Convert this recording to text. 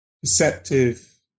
perceptive